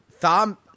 Thom